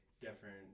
different